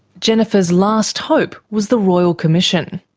jennifer's last hope was the royal commission.